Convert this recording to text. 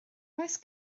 oes